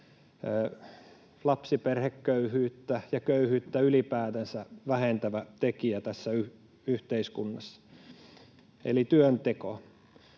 lapsiperheköyhyyttä ja köyhyyttä ylipäätänsä vähentävä tekijä tässä yhteiskunnassa — eli työnteko.